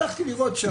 הלכתי לראות.